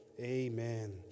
Amen